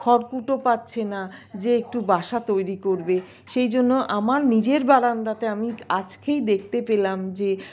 খড়কুটো পাচ্ছে না যে একটু বাসা তৈরি করবে সেইজন্য আমার নিজের বারান্দাতে আমি আজকেই দেখতে পেলাম যে